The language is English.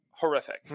Horrific